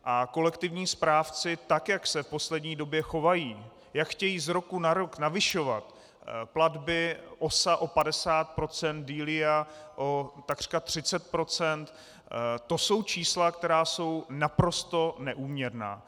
A kolektivní správci, tak jak se v poslední době chovají, jak chtějí z roku na rok navyšovat platby OSA o 50 %, DILIA o takřka 30 %, to jsou čísla, která jsou naprosto neúměrná.